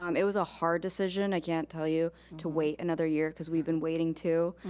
um it was a hard decisions. i can't tell you to wait another year cause we've been waiting, too,